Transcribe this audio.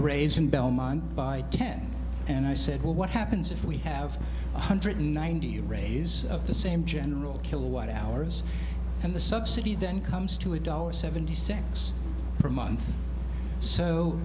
raise in belmont by ten and i said well what happens if we have one hundred ninety rays of the same general kilowatt hours and the subsidy then comes to a dollar seventy six month